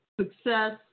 success